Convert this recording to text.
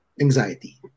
anxiety